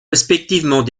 respectivement